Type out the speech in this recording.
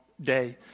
day